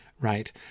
right